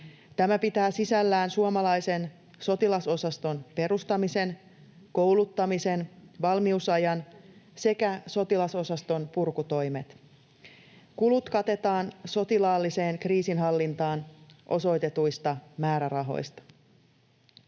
Tämä pitää sisällään suomalaisen sotilas-osaston perustamisen, kouluttamisen, valmiusajan sekä sotilasosaston purkutoimet. Kulut katetaan sotilaalliseen kriisinhallintaan osoitetuista määrärahoista.